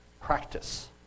practice